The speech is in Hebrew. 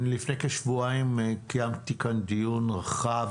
לפני כשבועיים קיימתי כאן דיון רחב